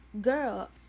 girl